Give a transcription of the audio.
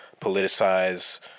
politicize